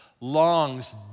longs